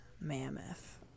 Mammoth